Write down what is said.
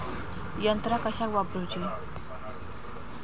यंत्रा कशाक वापुरूची?